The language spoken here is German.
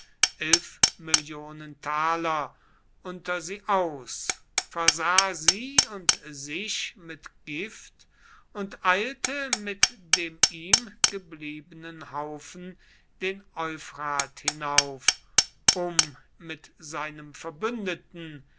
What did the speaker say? unter sie aus versah sie und sich mit gift und eilte mit dem ihm gebliebenen haufen den euphrat hinauf um mit seinem verbündeten